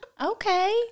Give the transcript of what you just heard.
Okay